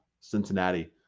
Cincinnati